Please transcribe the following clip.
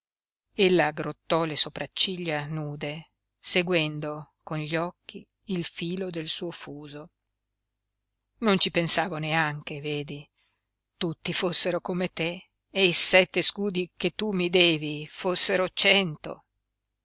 ella aggrottò le sopracciglia nude seguendo con gli occhi il filo del suo fuso non ci pensavo neanche vedi tutti fossero come te e i sette scudi che tu mi devi fossero cento